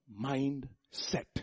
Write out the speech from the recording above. mindset